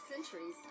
Centuries